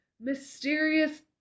mysterious